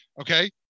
okay